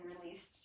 released